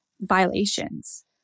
violations